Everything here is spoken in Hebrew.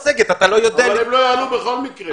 אבל הם לא יעלו בכל מקרה.